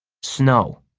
snow